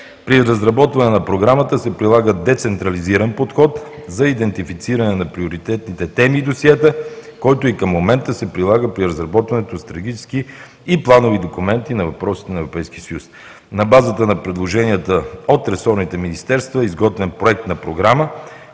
При разработване на Програмата се прилага децентрализиран подход за идентифициране на приоритетните теми и досиета, който и към момента се прилага при разработването на стратегически и планови документи на въпросите на Европейския съюз. На базата на предложенията от ресорните министерства е изготвен проект на програма,